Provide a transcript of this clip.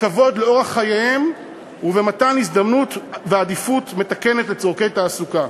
בכבוד לאורח חייהם ובמתן הזדמנות ועדיפות מתקנת לצורכי תעסוקה.